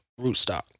rootstock